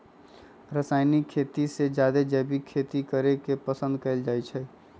रासायनिक खेती से जादे जैविक खेती करे के पसंद कएल जाई छई